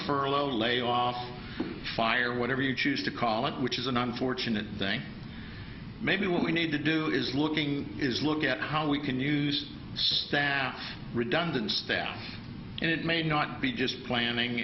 furlough or layoff fire or whatever you choose to call it which is an unfortunate thing maybe what we need to do is looking is look at how we can use staff redundant staff and it may not be just planning